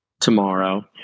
tomorrow